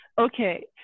okay